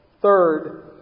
Third